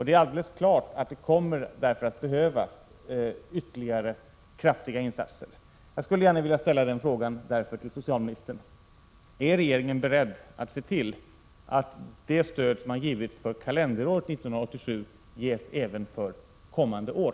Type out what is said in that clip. Det är alldeles klart att det kommer att behövas ytterligare kraftiga insatser.